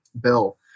bill